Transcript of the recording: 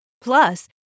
Plus